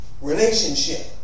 relationship